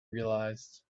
realized